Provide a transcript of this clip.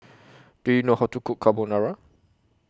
Do YOU know How to Cook Carbonara